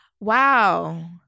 Wow